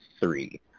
three